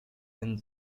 and